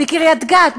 בקריית-גת,